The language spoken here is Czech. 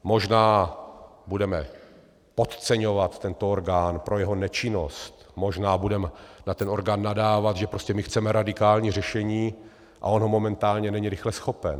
Možná budeme podceňovat tento orgán pro jeho nečinnost, možná budeme na ten orgán nadávat, že prostě my chceme radikální řešení a on ho momentálně není rychle schopen.